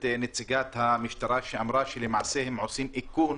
נציגת המשטרה שאמרה שלמעשה הם עושים איכון